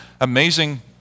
Amazing